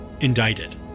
indicted